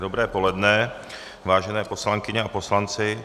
Dobré poledne, vážené poslankyně a poslanci.